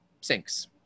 sinks